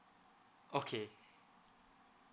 okay